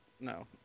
No